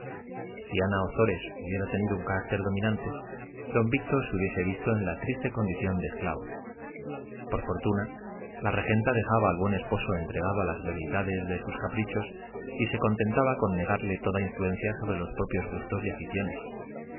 si ana ozores hubiera tenido un carácter dominante don víctor se hubiese visto en la triste condición de esclavo por fortuna la regenta dejaba al buen esposo entregado a las veleidades de sus caprichos y se contentaba con negarle toda influencia sobre los propios gustos y aficiones